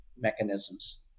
mechanisms